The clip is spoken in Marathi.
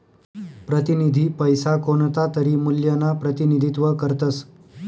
प्रतिनिधी पैसा कोणतातरी मूल्यना प्रतिनिधित्व करतस